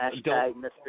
Mr